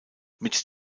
mit